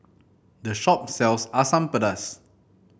this shop sells Asam Pedas